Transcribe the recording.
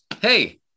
hey